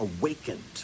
awakened